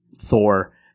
Thor